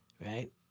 right